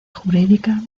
jurídica